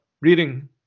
reading